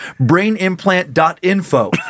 BrainImplant.info